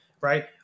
right